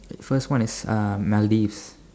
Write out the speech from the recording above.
the first one is uh Maldives